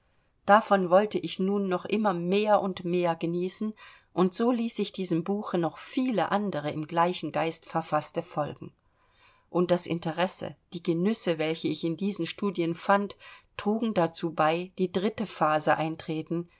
davon wollte ich nun noch immer mehr und mehr genießen und so ließ ich diesem buche noch viele andere im gleichen geist verfaßte folgen und das interesse die genüsse welche ich in diesen studien fand trugen dazu bei die dritte phase eintreten